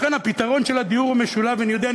לכן הפתרון של הדיור הוא משולב, אני יודע.